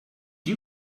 you